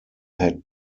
had